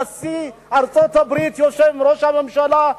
נשיא ארצות-הברית יושב עם ראש הממשלה,